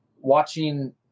watching